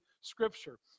scripture